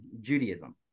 Judaism